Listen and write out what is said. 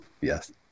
yes